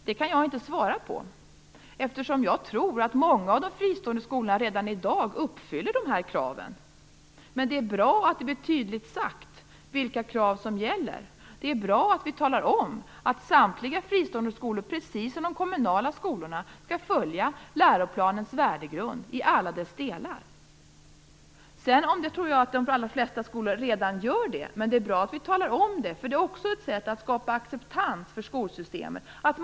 Det kan jag inte svara på eftersom jag tror att många av de fristående skolorna redan i dag uppfyller dessa krav. Men det är bra att det blir tydligt sagt vilka krav som gäller. Det är bra att vi talar om att samtliga fristående skolor, precis som de kommunala skolorna, skall följa läroplanens värdegrund i alla dess delar. Sedan tror jag att de allra flesta skolorna redan gör det, men det är bra att vi talar om det. Det är också ett sätt att skapa acceptans för skolsystemet.